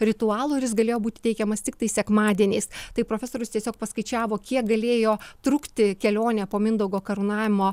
ritualo ir jis galėjo būti teikiamas tiktai sekmadieniais taip profesorius tiesiog paskaičiavo kiek galėjo trukti kelionė po mindaugo karūnavimo